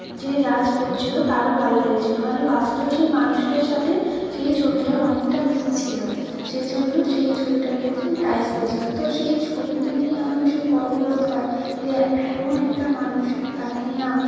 যে জাজ করছিলো তারও ভালো লেগেছিলো মানে বাস্তবে সেই মানুষটার সাথে সেই ছবিটার অনেকটা মিল ছিলো সেই জন্য সেই ছবিটার ক্ষেত্রে আমি প্রাইজ পেয়েছিলাম তো সেই ছবিটা নিয়ে আমার ভীষণ গর্ববোধ হয় যে এমন একটা মানুষ তাকে নিয়ে আমি